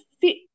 fit